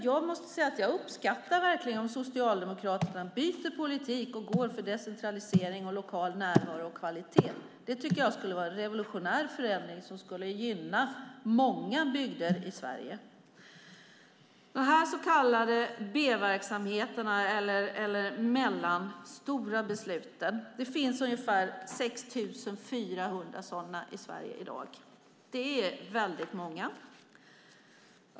Jag måste säga att jag verkligen uppskattar om Socialdemokraterna byter politik och står för decentralisering, lokal närvaro och kvalitet. Det vore en revolutionär förändring som skulle gynna många bygder i Sverige. Vad gäller de så kallade B-verksamheterna eller mellanstora besluten finns det ungefär 6 400 sådana i Sverige i dag. Det är väldigt många.